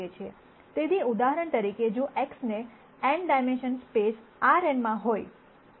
તેથી ઉદાહરણ તરીકે જો એક્સ એ n ડાયમેન્શનલ સ્પેસ Rnમાં હોય તો